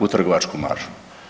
U trgovačku maržu.